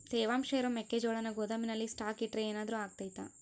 ತೇವಾಂಶ ಇರೋ ಮೆಕ್ಕೆಜೋಳನ ಗೋದಾಮಿನಲ್ಲಿ ಸ್ಟಾಕ್ ಇಟ್ರೆ ಏನಾದರೂ ಅಗ್ತೈತ?